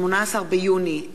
18 ביוני 2012,